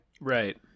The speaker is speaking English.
right